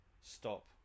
stop